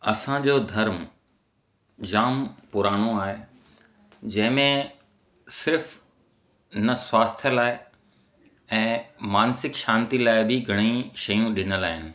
असांजो धर्म जाम पुरानो आहे जंहिं में सिर्फ़ु न स्वास्थ्य लाइ ऐं मानसिक शांति लाइ बि घणेई शयूं ॾिनल आहिनि